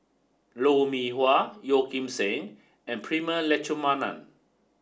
Lou Mee Wah Yeo Kim Seng and Prema Letchumanan